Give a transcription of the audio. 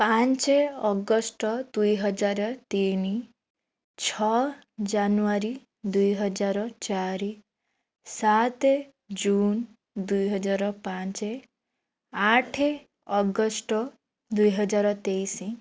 ପାଞ୍ଚ ଅଗଷ୍ଟ ଦୁଇ ହଜାର ତିନି ଛଅ ଜାନୁଆରୀ ଦୁଇ ହଜାର ଚାରି ସାତ ଜୁନ୍ ଦୁଇ ହଜାର ପାଞ୍ଚ ଆଠ ଅଗଷ୍ଟ ଦୁଇ ହଜାର ତେଇଶି